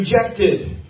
rejected